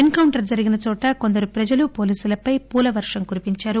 yes counter జరిగిన చోట కొందరు ప్రజలు పోలీసులపై పూల కురిపించారు